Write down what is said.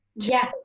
Yes